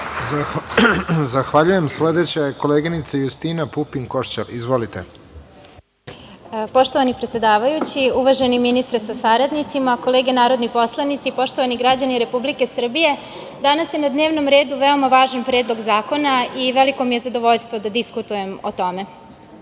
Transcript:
Zahvaljujem. Sledeća je koleginica Justina Pupin Košćal. Izvolite. **Justina Pupin Košćal** Poštovani predsedavajući, uvaženi ministre sa saradnicima, kolege narodni poslanici, poštovani građani Republike Srbije, danas je na dnevnom redu veoma važan predlog zakona i veliko mi je zadovoljstvo da diskutujem o tome.